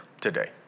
today